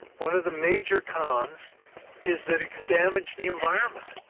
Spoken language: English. one of the major cons is that it can damage the environment.